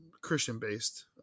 Christian-based